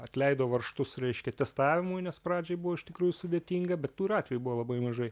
atleido varžtus reiškia testavimui nes pradžioj buvo iš tikrųjų sudėtinga bet tų ir atvejų buvo labai mažai